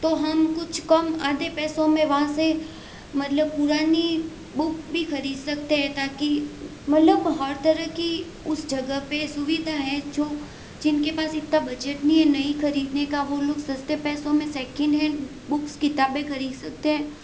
तो हम कुछ कम आधे पैसो में वहाँ से मतलब पुरानी बुक भी खरीद सकते हैं ताकि मतलब हर तरह की उस जगह पे सुविधा है जो जिनके पास इतना बजट नहीं है नई खरीदने का वो लोग सस्ते पैसो में सेकिंड हैंड बुक्स किताबें खरीद सकते हैं